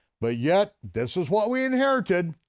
but yet, this is what we inherited,